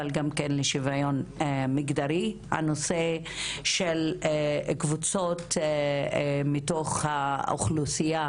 אבל כן לשוויון מגדרי והנושא של קבוצות בתוך האוכלוסייה,